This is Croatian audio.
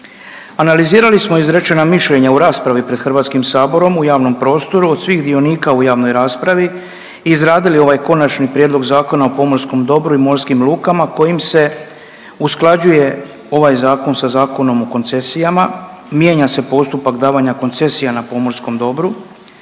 Analizirali smo izrečena mišljenja u raspravi pred HS-om u javnom prostoru od svih dionika u javnoj raspravi i izradi ovaj Konačni prijedlog Zakona o pomorskom dobru i morskim lukama kojim se usklađuje ovaj zakon sa Zakonom o koncesijama, mijenja se postupak davanja koncesija na pomorskom dobru,